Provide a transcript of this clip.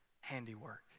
handiwork